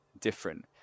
different